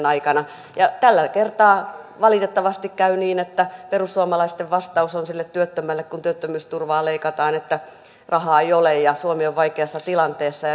aikana ja tällä kertaa valitettavasti käy niin että perussuomalaisten vastaus on sille työttömälle kun työttömyysturvaa leikataan että rahaa ei ole ja suomi on vaikeassa tilanteessa